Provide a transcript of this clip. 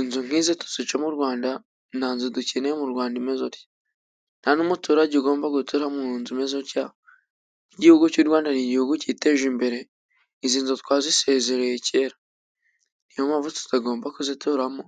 Inzu nk'izo tuzice mu Rwanda, nta nzu dukeneye mu Rwanda imeze gutya. Nta n'umuturage ugomba gutura mu nzu umeze gutya, igihugu cy'u Rwanda ni igihugu cyiteje imbere, izi nzu twazisezereye cyera. Niyo mpamvu tutagomba kuzituramo,